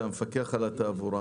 זה המפקח על התעבורה.